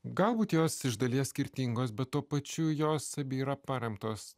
galbūt jos iš dalies skirtingos bet tuo pačiu jos abi yra paremtos